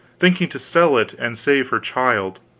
thinking to sell it and save her child.